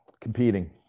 Competing